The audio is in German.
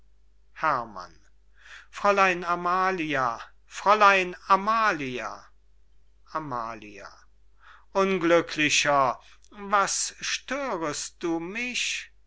herrmann fräulein amalia fräulein amalia amalia unglücklicher was störest du mich